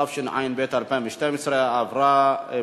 התשע"ב 2012, נתקבל.